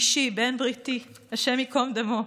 אישי, בן בריתי, השם ייקום דמו,